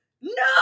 no